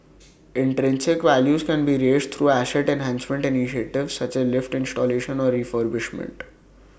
intrinsic values can be raised through asset enhancement initiatives such as lift installation or refurbishment